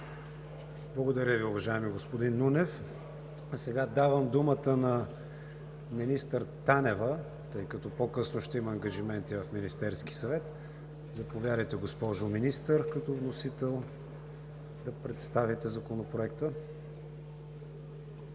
Благодаря Ви, господин Нунев. Сега давам думата на министър Танева, тъй като по-късно ще има ангажименти в Министерския съвет. Заповядайте, госпожо Министър, като вносител да представите Законопроекта.